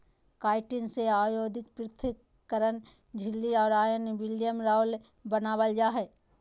chitin से औद्योगिक पृथक्करण झिल्ली और आयन विनिमय राल बनाबल जा हइ